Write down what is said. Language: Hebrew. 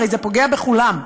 הרי זה פוגע בכולם,